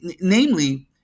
Namely